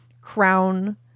crown